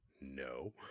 No